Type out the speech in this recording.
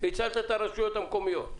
הצלת את הרשויות המקומיות.